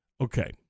Okay